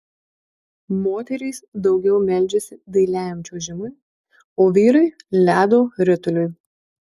moterys daugiau meldžiasi dailiajam čiuožimui o vyrai ledo rituliui